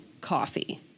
coffee